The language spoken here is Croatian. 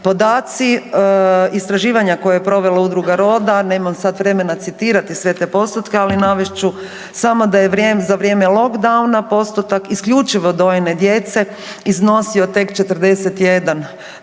Podaci istraživanja koje je provelo Udruga Roda nemam sada vremena citirati sve te postotke, ali navest ću samo da je za vrijeme lockdowna postotak isključivo dojene djece iznosio tek 41,32%,